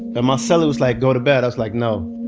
um ah so cellie was like, go to bed. i was like, no.